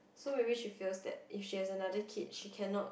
so maybe she feels that if she has another kid she cannot